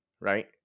right